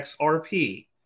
XRP